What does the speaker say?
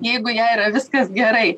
jeigu jai yra viskas gerai